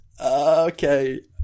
okay